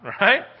right